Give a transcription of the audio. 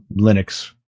Linux